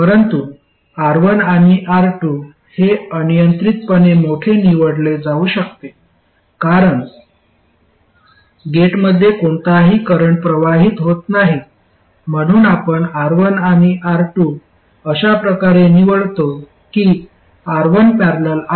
परंतु R1 आणि R2 हे अनियंत्रितपणे मोठे निवडले जाऊ शकते कारण गेटमध्ये कोणताही करंट प्रवाहित होत नाही म्हणून आपण R1 आणि R2 अशा प्रकारे निवडतो कि R1 ।। R2 Rs